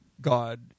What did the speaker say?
God